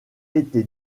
été